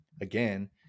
again